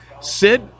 Sid